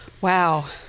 Wow